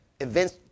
events